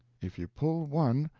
if you pull one,